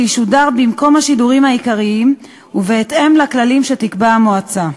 שישודר במקום השידורים העיקריים ובהתאם לכללים שתקבע המועצה.